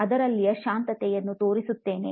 ಅದರಲ್ಲಿನ ಶಾಂತತೆಯನ್ನುತೋರಿಸುತ್ತೇನೆ